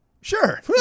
Sure